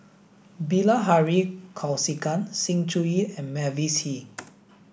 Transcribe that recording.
Bilahari Kausikan Sng Choon Yee and Mavis Hee